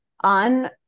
On